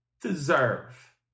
deserve